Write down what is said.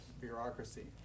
bureaucracy